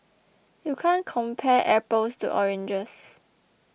you can't compare apples to oranges